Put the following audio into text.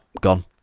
gone